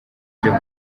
byo